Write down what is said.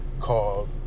called